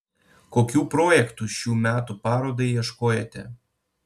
kokių projektų šių metų parodai ieškojote